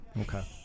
Okay